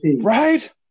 right